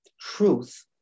truth